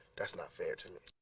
that's not fair to me.